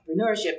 entrepreneurship